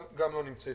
נמצאת.